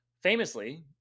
Famously